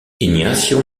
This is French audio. ignacio